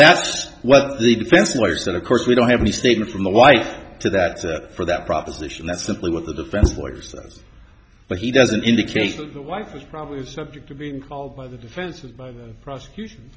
that's what the defense lawyer said of course we don't have any statement from the wife to that for that proposition that simply what the defense voids us but he doesn't indicate that the wife is probably subject to being called by the defense of by the prosecution